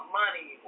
money